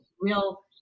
real